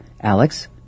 Alex